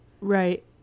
Right